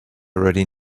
already